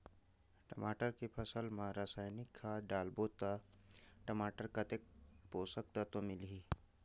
टमाटर के फसल मा रसायनिक खाद डालबो ता टमाटर कतेक पोषक तत्व मिलही?